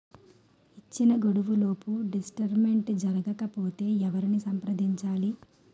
ఇచ్చిన గడువులోపు డిస్బర్స్మెంట్ జరగకపోతే ఎవరిని సంప్రదించాలి?